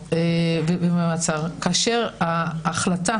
כאשר ההחלטה